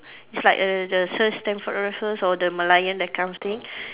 it's like err the Sir Stamford Raffles or the Merlion that kind of thing